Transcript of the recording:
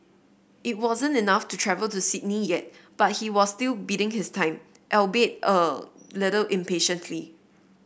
it wasn't enough to travel to Sydney yet but he was still biding his time albeit a little impatiently